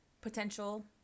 potential